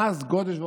מס גודש.